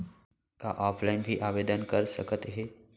का ऑफलाइन भी आवदेन कर सकत हे?